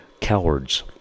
cowards